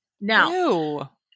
now